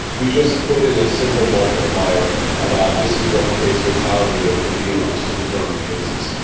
we just put in a simple multiplier about this is what the case fatality rate will be amongst confirmed cases.